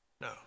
No